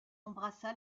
embrassa